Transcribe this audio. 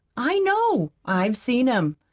i know. i've seen him.